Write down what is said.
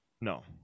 No